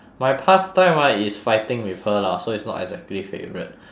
my pastime ah is fighting with her lah so it's not exactly favourite